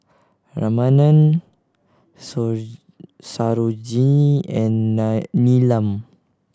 Ramanand Sarojini and Neelam